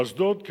אשדוד,